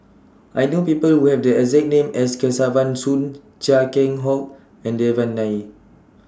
I know People Who Have The exact name as Kesavan Soon Chia Keng Hock and Devan Nair